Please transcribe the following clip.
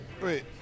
Wait